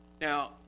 Now